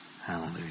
Hallelujah